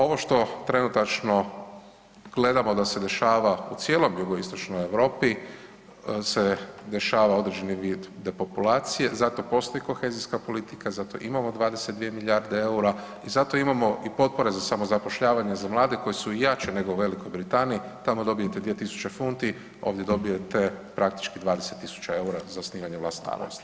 Ovo što trenutačno gledamo da se dešava u cijeloj jugoistočnoj Europi se dešava određeni vid depopulacije, zato postoji kohezijska politika, zato imamo 22 milijarde eura i zato imamo i potpore za samozapošljavanje za mlade koje su jače nego u V. Britaniji, tamo dobijete 2000 funti, ovdje dobijete praktički 20 000 eura za osnivanje vlastitog posla.